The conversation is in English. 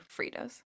Fritos